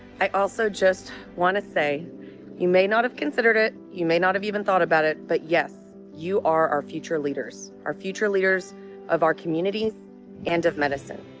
i also just wanna say you may not have considered it, you may not have even thought about it but, yes, you are our future leaders, our future leaders of our communities and of medicine.